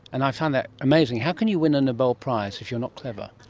and i find that amazing. how can you win a nobel prize if you're not clever?